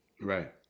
Right